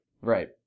Right